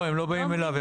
לא, לא אומרים לו.